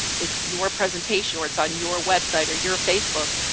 it's your presentation or it's on your website or your facebook,